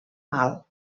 mal